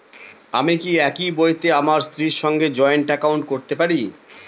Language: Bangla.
আমি কি একই বইতে আমার স্ত্রীর সঙ্গে জয়েন্ট একাউন্ট করতে পারি?